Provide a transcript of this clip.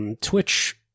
Twitch